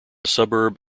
suburb